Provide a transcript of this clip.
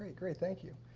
ah great, thank you.